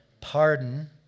pardon